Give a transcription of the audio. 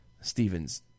Stephen's